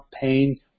pain